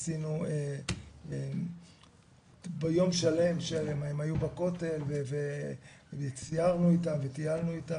עשינו יום שלם שהם היו בכותל וסיירנו איתם וטיילנו איתם,